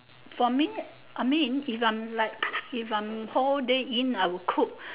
for me I mean if I'm like if I'm whole day in I will cook